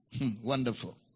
Wonderful